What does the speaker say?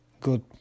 good